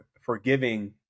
forgiving